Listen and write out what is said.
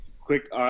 quick